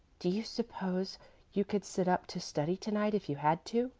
do you suppose you could sit up to study to-night if you had to?